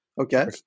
Okay